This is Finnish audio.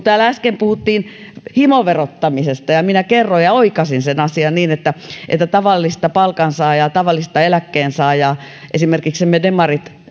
täällä äsken puhuttiin himoverottamisesta ja minä kerroin ja oikaisin sen asian niin että että tavallista palkansaajaa tavallista eläkkeensaajaa esimerkiksi me demarit